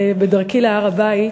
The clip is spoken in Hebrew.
בדרכי להר-הבית,